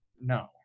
no